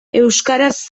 euskaraz